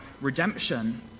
redemption